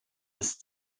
ist